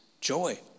joy